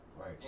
Right